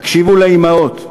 תקשיבו לאימהות.